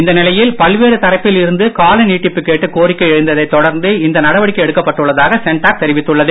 இந்நிலையில் பல்வேறு தரப்பில் இருந்து கால நீட்டிப்பு கேட்டு கோரிக்கை எழுந்ததை தொடர்ந்து இந்த நடவடிக்கை எடுக்கப் பட்டுள்ளதாக சென்டாக் தெரிவித்துள்ளது